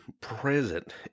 present